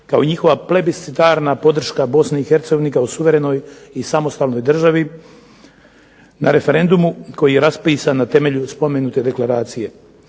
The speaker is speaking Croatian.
kao i njihova plebiscitarna podrška Bosni i Hercegovini kao suverenoj i samostalnoj državi na referendumu koji je raspisan na temelju spomenute deklaracije.